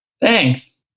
Thanks